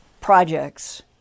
projects